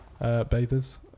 bathers